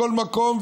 בכל מקום,